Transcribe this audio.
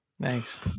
Thanks